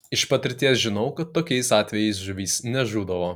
iš patirties žinau kad tokiais atvejais žuvys nežūdavo